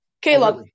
Caleb